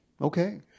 Okay